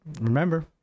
Remember